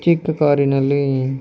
ಚಿಕ್ಕ ಕಾರಿನಲ್ಲಿ